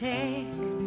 Take